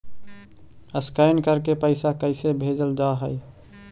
Scan करके पैसा कैसे भेजल जा हइ?